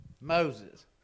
Moses